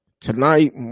tonight